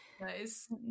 Nice